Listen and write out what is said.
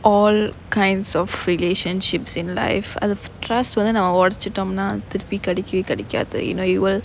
all kinds of relationships in life அது:athu trust வந்து நம்ம ஒடச்சுடம்னா திருப்பி கிடைக்கவே கிடைக்காது:vanthu namma odachutamnaa thiruppi kidaikavae kidaikaathu you know you will